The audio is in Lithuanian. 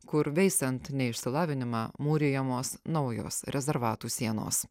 kur veisiant neišsilavinimą mūrijamos naujos rezervatų sienos